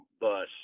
bus